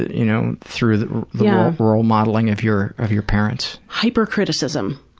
you know through the role modeling of your of your parents. hyper criticism.